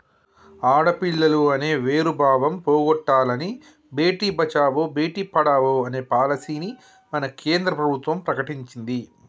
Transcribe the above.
ఆడపిల్లలు అనే వేరు భావం పోగొట్టనని భేటీ బచావో బేటి పడావో అనే పాలసీని మన కేంద్ర ప్రభుత్వం ప్రకటించింది